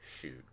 shoot